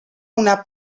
una